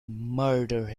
murder